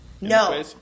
No